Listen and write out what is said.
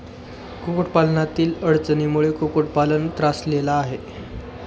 कुक्कुटपालनातील अडचणींमुळे कुक्कुटपालक त्रासलेला आहे